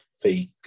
fake